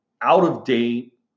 out-of-date